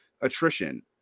attrition